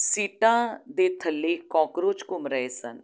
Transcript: ਸੀਟਾਂ ਦੇ ਥੱਲੇ ਕੋਕਰੋਚ ਘੁੰਮ ਰਹੇ ਸਨ